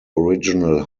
original